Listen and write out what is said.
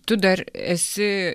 tu dar esi